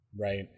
Right